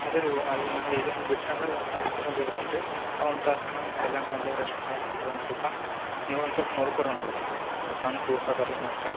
ಅದೇ ರೀ ವ್ ಅಲ್ಲಿ ನಾ ಇಲ್ಲಿಂದ ಬಿಟ್ಟೆ ಅಂದರೆ ಒಂದು ತಾಸ್ನಾಗೆ ಅಲ್ಲಿ ಇರ್ತಿನಿ ರೀ ಆ ಒಂದು ತಾಸ್ನಾಗೆ ನಾನು ಎಲ್ಲಾನು ಅಲ್ಲೆ ರೆಸ್ಟ್ ಮಾಡಕೆ ಹೇಳಿ ರಿ ಒಂದು ಸ್ವಲ್ಪ ನೀವೊಂದು ಸ್ವಲ್ಪ ನೋಡಿಕೊ ರೀ ಅವನ್ನು ಸಣ್ಣ ಕೂಸು ಅದೆ ರೀ ಮತ್ತೆ